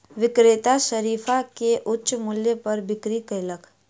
विक्रेता शरीफा के उच्च मूल्य पर बिक्री कयलक